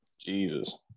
Jesus